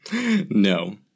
No